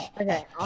Okay